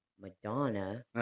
Madonna